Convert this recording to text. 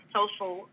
social